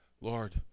Lord